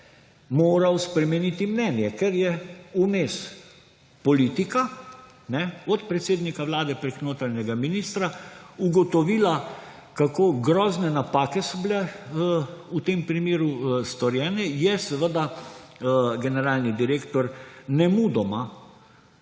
moral spremeniti mnenje, ker je vmes politika, od predsednika Vlade preko notranjega ministra, ugotovila, kako grozne napake so bile v tem primeru storjene, je seveda generalni direktor nemudoma